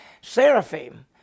Seraphim